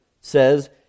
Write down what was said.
says